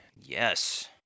Yes